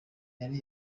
yari